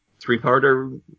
three-parter